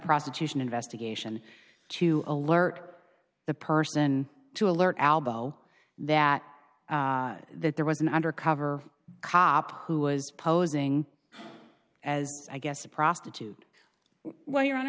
prosecution investigation to alert the person to alert albo that that there was an undercover cop who was posing as i guess a prostitute well your hon